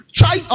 try